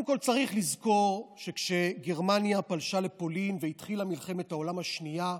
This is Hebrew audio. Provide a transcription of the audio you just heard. קודם כול צריך לזכור שכשגרמניה פלשה לפולין והתחילה מלחמת העולם השנייה,